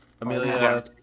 amelia